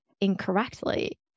incorrectly